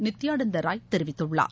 நித்யானந்த ராய் தெரிவித்துள்ளார்